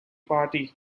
party